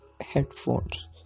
headphones